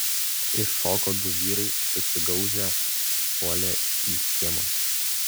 iššoko du vyrai susigaužę puolė į kiemą